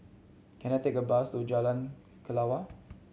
can I take a bus to Jalan Kelawar